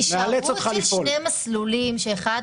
אנחנו ------ שני מסלולים שאחד